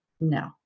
no